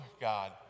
God